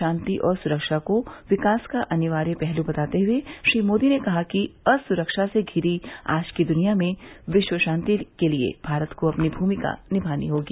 शांति और सुरक्षा को विकास का अनिवार्य पहलू बताते हुए श्री मोदी ने कहा कि असुरक्षा से घिरी आज की दुनिया में विश्व शांति के लिए भारत को अपनी भूमिका निभानी होगी